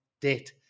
debt